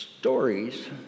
stories